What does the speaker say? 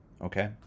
Okay